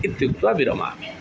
इत्युक्त्वा विरमामि